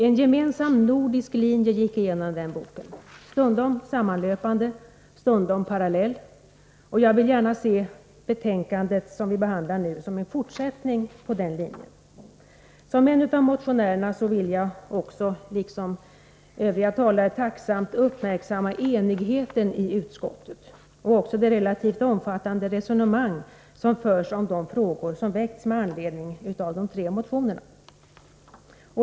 En gemensam nordisk linje gick genom den boken, stundom sammanlöpande, stundom parallell, och jag vill gärna se det här betänkandet som en fortsättning på den linjen. Som en av motionärerna vill jag liksom övriga talare tacksamt uppmärksamma enigheten i utskottet och också det relativt utförliga resonemang som förs om de frågor som väckts med anledning av de tre motionerna.